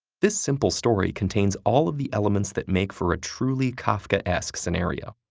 this simple story contains all of the elements that make for a truly kafkaesque scenario.